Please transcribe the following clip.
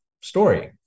story